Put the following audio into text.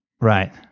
right